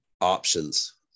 options